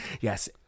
yes